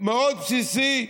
מאוד בסיסי,